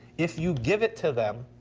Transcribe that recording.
if you give it to them,